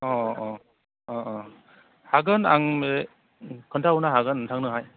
अ अ ओ ओ हागोन आं बे खोन्थाहरनो हागोन नोंथांनोहाय